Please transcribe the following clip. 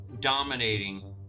dominating